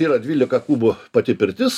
yra dvylika kubo pati pirtis